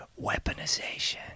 weaponization